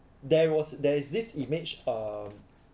there was there is this image uh